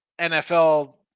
NFL